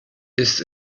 ist